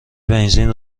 بنزین